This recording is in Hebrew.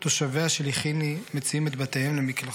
// תושביה של יכיני / מציעים את בתיהם / למקלחות".